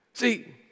See